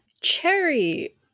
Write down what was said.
Cherry